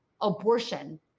abortion